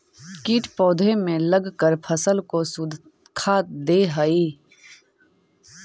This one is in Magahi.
कीट पौधे में लगकर फसल को सुखा दे हई